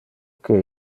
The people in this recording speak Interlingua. que